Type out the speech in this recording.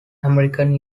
american